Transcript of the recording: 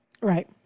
Right